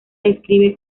describe